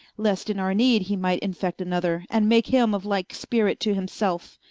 least in our need he might infect another, and make him of like spirit to himselfe.